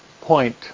point